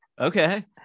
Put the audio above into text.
Okay